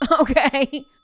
Okay